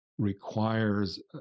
requires